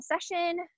session